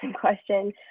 question